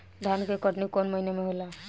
धान के कटनी कौन महीना में होला?